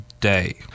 day